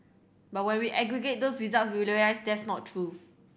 but when we aggregate those results we realise that's not true